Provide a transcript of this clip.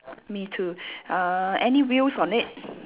me too uh any wheels on it